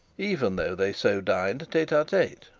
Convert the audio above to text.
even though they so dined tete-a-tete.